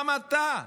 גם אתה,